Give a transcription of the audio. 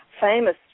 famous